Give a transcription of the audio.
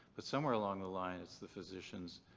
but somewhere along the line it's the physicians